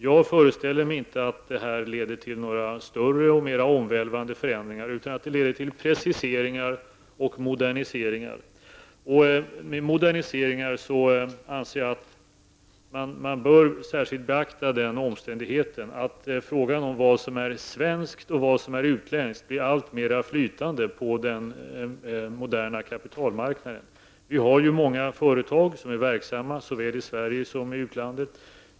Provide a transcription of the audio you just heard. Jag föreställer mig inte att det här leder till några större och omvälvande förändringar utan till preciseringar och moderniseringar. Beträffande det senare anser jag att man särskilt bör beakta den omständigheten att frågan om vad som är svenskt och vad som är utländskt blir alltmera flytande på den moderna kapitalmarknaden. Vi har ju många företag som är verksamma såväl i Sverige som i utlandet.